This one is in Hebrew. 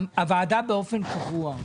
באופן קבוע,